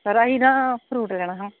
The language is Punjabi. ਸਰ ਅਸੀਂ ਨਾ ਫਰੂਟ ਲੈਣਾ ਸੀ